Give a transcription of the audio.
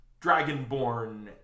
dragonborn